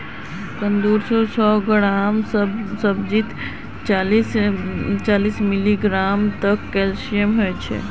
कुंदरूर सौ ग्राम सब्जीत चालीस मिलीग्राम तक कैल्शियम ह छेक